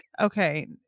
Okay